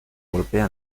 golpea